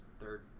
third